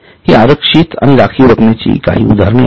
हि आरक्षित आणि राखीव रकमेची काही उदाहरणे आहेत